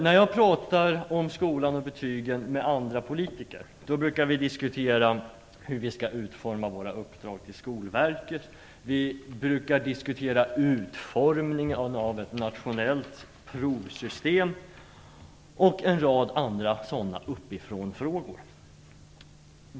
När jag pratar om skolan och betygen med andra politiker brukar vi diskutera hur vi skall utforma våra uppdrag till Skolverket, utformningen av ett nationellt provsystem och en rad andra sådana "uppifrånfrågor".